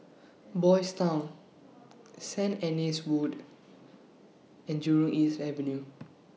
Boys' Town Sanit Anne's Wood and Jurong East Avenue